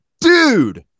dude